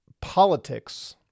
politics